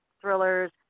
thrillers